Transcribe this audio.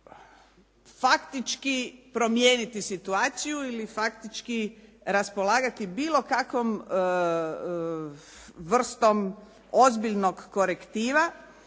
faktički promijeniti situaciju ili faktički raspolagati bilo kakvom vrstom ozbiljnog korektiva